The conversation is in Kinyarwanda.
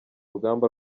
rugamba